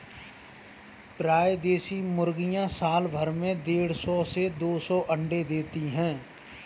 प्रायः देशी मुर्गियाँ साल भर में देढ़ सौ से दो सौ अण्डे देती है